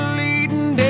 leading